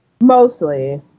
Mostly